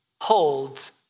holds